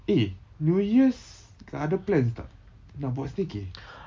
eh new year's kau ada plans tak nak buat staycay